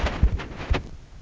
then sian lor